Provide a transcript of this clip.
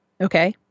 okay